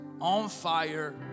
on-fire